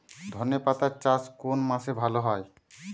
ধনেপাতার চাষ কোন মাসে ভালো হয়?